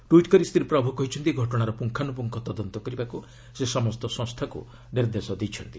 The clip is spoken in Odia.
ଟ୍ୱିଟ୍ କରି ଶ୍ରୀ ପ୍ରଭୁ କହିଛନ୍ତି ଘଟଣାର ପୁଙ୍ଗାନୁପୁଙ୍ଗ ତଦନ୍ତ କରିବାକୁ ସେ ସମସ୍ତ ସଂସ୍ଥାକୁ ନିର୍ଦ୍ଦେଶ ଦେଇଛନ୍ତି